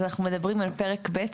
אז אנחנו מדברים על פרק ב',